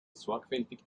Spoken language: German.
sorgfältig